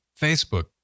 Facebook